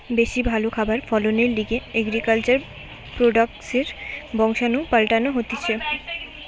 বেশি ভালো খাবার ফলনের লিগে এগ্রিকালচার প্রোডাক্টসের বংশাণু পাল্টানো হতিছে